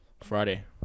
Friday